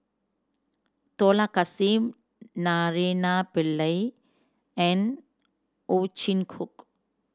Dollah Kassim Naraina Pillai and Ow Chin Hock